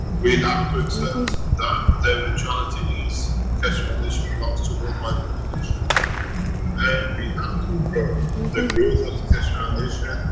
we have to accept that the eventuality is keshe foundation belongs to worldwide accommodation and, we have to grow the growth of the keshe foundation,